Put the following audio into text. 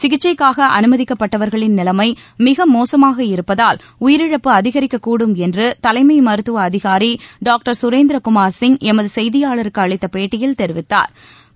சிகிச்சைக்காக அனுமதிக்கப்பட்டவர்களின் நிலைமை மிக மோசமாக இருப்பதால் உயிரிழப்பு அதிகரிக்ககூடும் என்று தலைமை மருத்துவ அதிகாரி டாக்டர் கரேந்திரகுமார் சிங் எமது செய்தியாளருக்கு அளித்த பேட்டியில் தெரிவித்தாா்